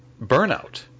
burnout